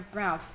Brown